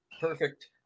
perfect